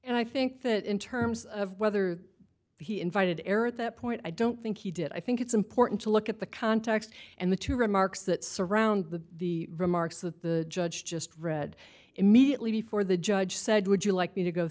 and i think that in terms of whether he invited error at that point i don't think he did i think it's important to look at the context and the two remarks that surround the the remarks that the judge just read immediately before the judge said would you like me to go